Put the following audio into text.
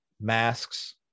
masks